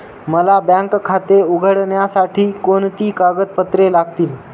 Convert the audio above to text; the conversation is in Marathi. मला बँक खाते उघडण्यासाठी कोणती कागदपत्रे लागतील?